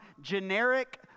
generic